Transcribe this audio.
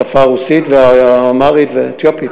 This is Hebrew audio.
בשפה הרוסית, האמהרית והאתיופית?